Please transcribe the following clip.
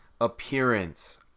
appearance